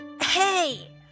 Hey